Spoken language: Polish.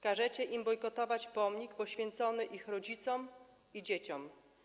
Każecie im bojkotować pomnik poświęcony ich rodzicom i dzieciom.